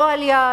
לא על-יד,